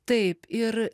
taip ir